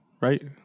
right